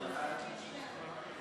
כתוב: